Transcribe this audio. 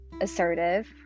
assertive